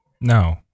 no